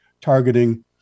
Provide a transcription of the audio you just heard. targeting